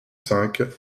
cinq